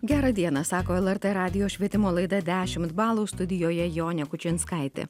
gerą dieną sako lrt radijo švietimo laida dešimt balų studijoje jonė kučinskaitė